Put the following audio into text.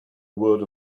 word